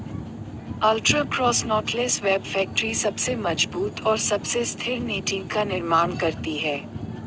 ultra cross knotless web factory सबसे मजबूत और सबसे स्थिर नेटिंग का निर्माण करती है